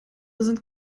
sind